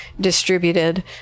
distributed